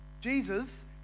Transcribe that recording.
Jesus